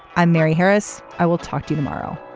i'm mary harris. i will talk to you tomorrow